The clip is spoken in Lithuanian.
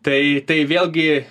tai tai vėlgi